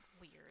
weird